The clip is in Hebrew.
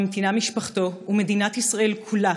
ממתינה משפחתו, ומדינת ישראל כולה,